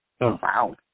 Wow